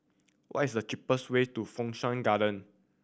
what is the cheapest way to Fu Shan Garden